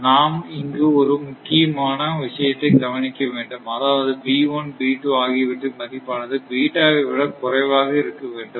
நாம் இங்கு ஒரு முக்கியமான விஷயத்தை கவனிக்க வேண்டும் அதாவது B1 B2 ஆகியவற்றின் மதிப்பானது வை விட குறைவாக இருக்க வேண்டும்